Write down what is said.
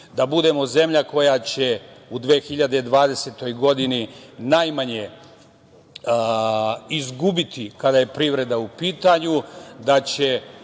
Da budemo zemlja koja će u 2020. godini najmanje izgubiti kada je privreda u pitanju,